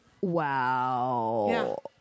Wow